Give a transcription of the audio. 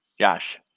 Josh